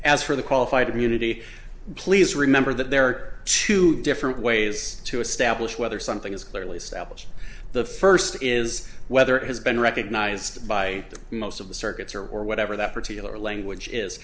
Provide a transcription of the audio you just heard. as for the qualified immunity please remember that there are two different ways to establish whether something is clearly established the first is whether it has been recognized by most of the circuits or or whatever that particular language is